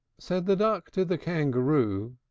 said the duck to the kangaroo,